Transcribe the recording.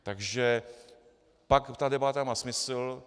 Takže pak ta debata má smysl.